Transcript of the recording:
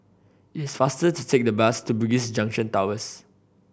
it is faster to take the bus to Bugis Junction Towers